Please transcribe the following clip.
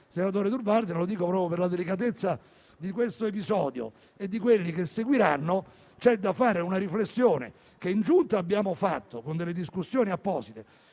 vicenda di cui stiamo discutendo, per la delicatezza di questo episodio e di quelli che seguiranno, c'è da fare una riflessione, che abbiamo fatto con delle discussioni apposite